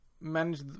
manage